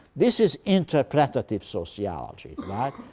this is interpretive sociology. right?